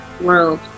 world